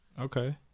Okay